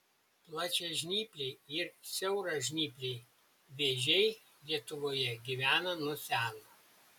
plačiažnypliai ir siauražnypliai vėžiai lietuvoje gyvena nuo seno